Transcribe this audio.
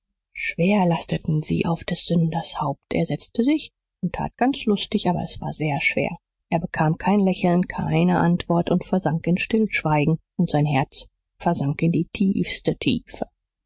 schwer lasteten sie auf des sünders haupt er setzte sich und tat ganz lustig aber es war sehr schwer er bekam kein lächeln keine antwort und versank in stillschweigen und sein herz versank in die tiefste tiefe